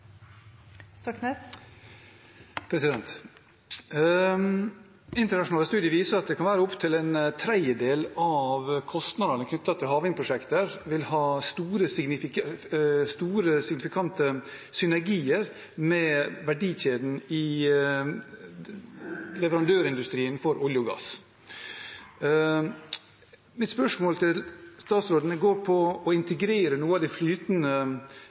Internasjonale studier viser at opptil en tredjedel av kostnadene knyttet til havvindprosjekter vil ha store, signifikante synergier med verdikjeden i leverandørindustrien for olje og gass. Mitt spørsmål til statsråden går på å integrere noen av de flytende